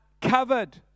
covered